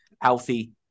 healthy